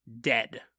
dead